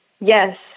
Yes